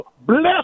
bless